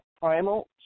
primal